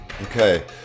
Okay